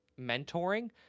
mentoring